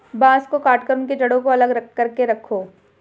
बांस को काटकर उनके जड़ों को अलग करके रखो